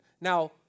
Now